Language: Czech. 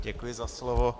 Děkuji za slovo.